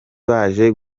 baje